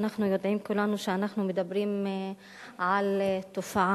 אנחנו יודעים כולנו שאנחנו מדברים על תופעה.